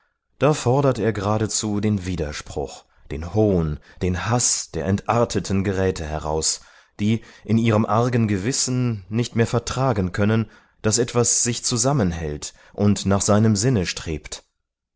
da fordert er geradezu den widerspruch den hohn den haß der entarteten geräte heraus die in ihrem argen gewissen nicht mehr vertragen können daß etwas sich zusammenhält und nach seinem sinne strebt